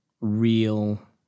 real